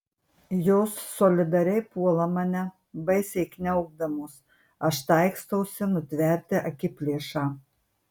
jos solidariai puola mane baisiai kniaukdamos aš taikstausi nutverti akiplėšą